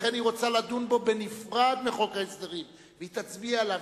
ולכן רוצה לדון בו בנפרד מחוק ההסדרים והיא תצביע עליו,